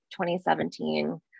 2017